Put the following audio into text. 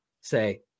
say